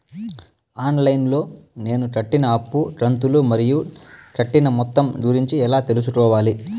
On line లో నేను కట్టిన అప్పు కంతులు మరియు కట్టిన మొత్తం గురించి ఎలా తెలుసుకోవాలి?